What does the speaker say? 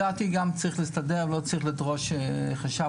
לדעתי צריך להסתדר ולא צריך לדרוש חשב